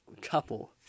couple